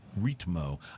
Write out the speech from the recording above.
Ritmo